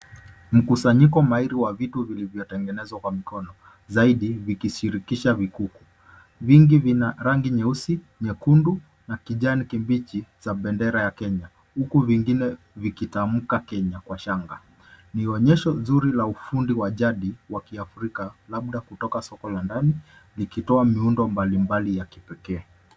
Mkusanyiko mahiri wa vitu vilivyotengenezwa kwa mikono, zaidi vikishirikisha mikufu. Vingi vina rangi nyeusi, nyekundu na kijani kibichi za bendera ya Kenya huku vingine vikitamka Kenya kwa shanga. Ni onyesho nzuri wa ufundi wa jadi wa kiafrika labda kutoka soko la ndani likitoa miundo mbalimbali ya kipekee.